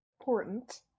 important